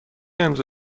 امضا